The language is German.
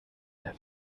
der